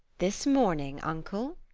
this morning, uncle.